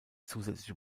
zusätzliche